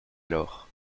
alors